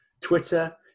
Twitter